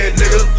nigga